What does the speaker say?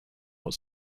what